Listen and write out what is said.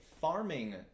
farming